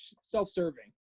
self-serving